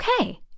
okay